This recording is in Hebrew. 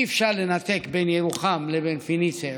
אי-אפשר לנתק בין ירוחם לבין פניציה ירוחם.